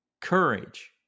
courage